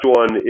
one